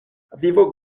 vivo